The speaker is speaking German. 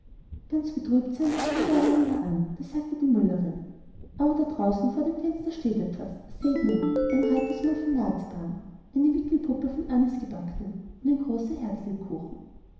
ganz betrübt sahen die kinder einander an da sagte die müllerin aber da draußen vor dem fenster steht etwas seht nur ein reitersmann von marzipan eine wickelpuppe von anisgebacknem und ein großer